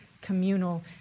communal